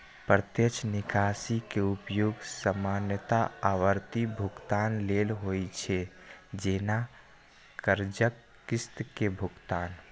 प्रत्यक्ष निकासी के उपयोग सामान्यतः आवर्ती भुगतान लेल होइ छै, जैना कर्जक किस्त के भुगतान